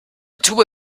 tube